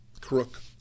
crook